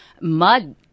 mud